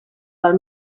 del